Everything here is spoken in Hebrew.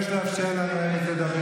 אין נשים ראויות להיות מנכ"ליות?